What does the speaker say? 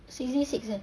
sixty six eh